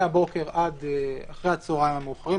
מהבוקר עד אחרי הצהרים המאוחרים,